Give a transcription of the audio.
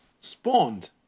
spawned